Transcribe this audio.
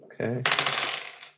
Okay